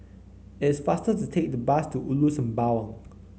it's faster to take the bus to Ulu Sembawang